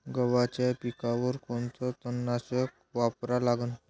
गव्हाच्या पिकावर कोनचं तननाशक वापरा लागन?